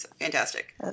Fantastic